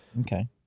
Okay